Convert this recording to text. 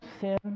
sin